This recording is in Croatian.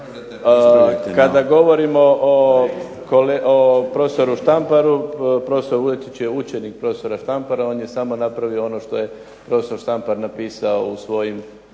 Kad govorimo o prof. Štamparu profesor Vuletić je učitelj prof. Štampara. On je samo napravio ono što je prof. Štampar napisao u svojim